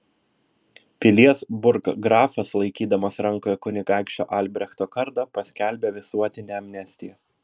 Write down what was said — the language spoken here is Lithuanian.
pilies burggrafas laikydamas rankoje kunigaikščio albrechto kardą paskelbė visuotinę amnestiją